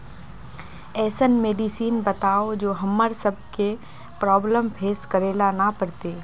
ऐसन मेडिसिन बताओ जो हम्मर सबके प्रॉब्लम फेस करे ला ना पड़ते?